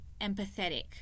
empathetic